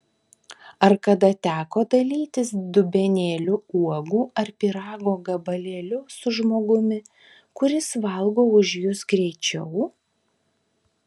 ar kada teko dalytis dubenėliu uogų ar pyrago gabalėliu su žmogumi kuris valgo už jus greičiau